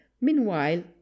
meanwhile